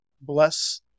bless